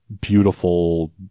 beautiful